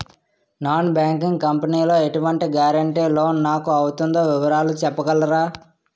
Non banking company లో ఎటువంటి guarantee loan నాకు అవుతుందో వివరాలు చెప్పగలరా?